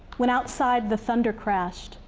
when outside, the thunder crashed,